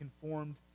conformed